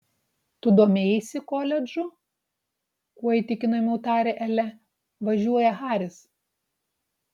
tu domėjaisi koledžu kuo įtikinamiau tarė elė važiuoja haris